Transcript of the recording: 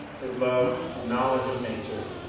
his love and knowledge of nature,